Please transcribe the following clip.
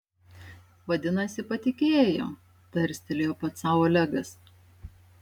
vadinasi patikėjo tarstelėjo pats sau olegas